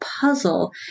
puzzle